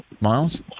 Miles